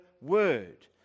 word